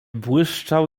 błyszczał